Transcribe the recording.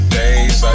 days